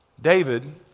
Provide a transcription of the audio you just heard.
David